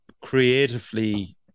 creatively